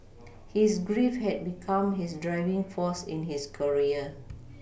his grief had become his driving force in his career